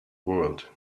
world